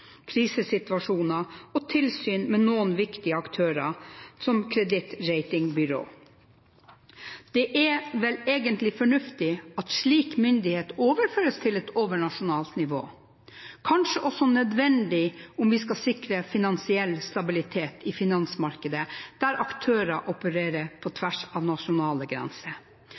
krisesituasjoner og tilsyn med noen viktige aktører, som kredittratingbyrå. Det er vel egentlig fornuftig at slik myndighet overføres til et overnasjonalt nivå, kanskje også nødvendig om vi skal sikre finansiell stabilitet i finansmarkedet, der aktører opererer på tvers av nasjonale grenser.